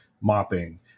mopping